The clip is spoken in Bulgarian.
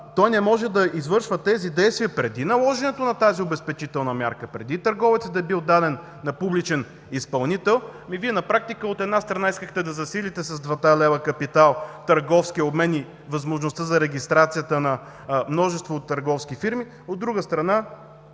той не може да извършва тези действия преди налагането на тази обезпечителна мярка, преди търговецът да е бил даден на публичен изпълнител, Вие на практика, от една страна, искахте да засилите с двата лева капитал търговския обмен и възможността за регистрация на множество търговски фирми, а от друга страна,